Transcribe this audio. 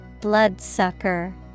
Bloodsucker